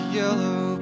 yellow